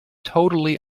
totally